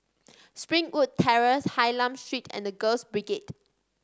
Springwood Terrace Hylam Street and The Girls Brigade